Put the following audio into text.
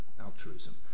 altruism